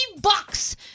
bucks